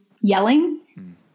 yelling